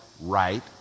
right